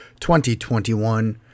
2021